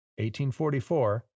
1844